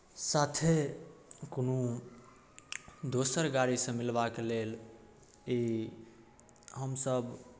साथे कोनो दोसर गाड़ीसँ मिलबाक लेल ई हमसभ